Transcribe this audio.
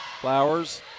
Flowers